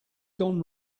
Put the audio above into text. gone